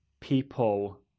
people